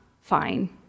fine